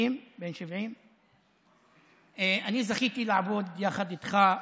בן 70. אני זכיתי לעבוד יחד איתך.